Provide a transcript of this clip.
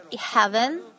heaven